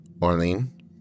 Orlean